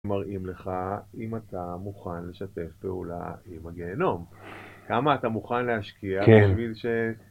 - מראים לך אם אתה מוכן לשתף פעולה עם הגהינום, כמה אתה מוכן להשקיע - כן - בשביל ש...